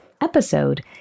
episode